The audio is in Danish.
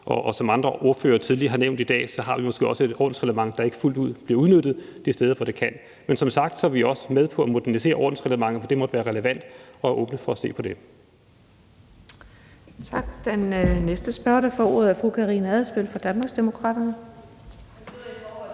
Som andre ordførere tidligere har nævnt i dag, har vi måske også et ordensreglement, der ikke fuldt ud bliver udnyttet de steder, hvor det kan. Men som sagt er vi også med på at modernisere ordensreglementet, hvor det måtte relevant at åbne op for at se på det.